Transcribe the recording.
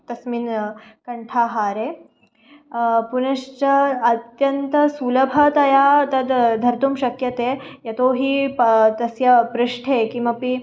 तस्मिन् कण्ठाहारे पुनश्च अत्यन्तं सुलभतया तद् धर्तुं शक्यते यतोऽहि प तस्य पृष्ठे किमपि